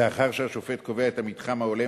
לאחר שהשופט קובע את המתחם ההולם,